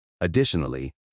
Additionally